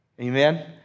Amen